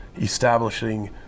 establishing